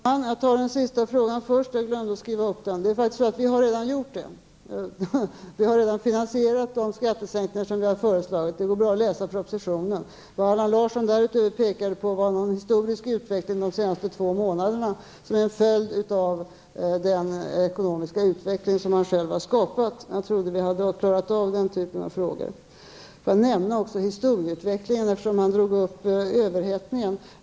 Herr talman! Jag tar den sista frågan först, eftersom jag glömde att skriva upp den. Vi har redan finansierat de skattesänkningar som vi har föreslagit. Det går bra att läsa i propositionen. Vad Allan Larsson därutöver pekade på var någon slags historisk utveckling under de senaste två månaderna, som är en följd av den ekonomiska utveckling han själv har skapat. Jag trodde att vi hade klarat av den typen av frågor. När det gäller historieutvecklingen tog Allan Larsson upp frågan om överhettningen.